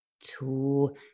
two